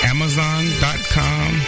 Amazon.com